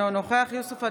אינו נוכח יוסף עטאונה,